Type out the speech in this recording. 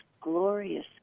glorious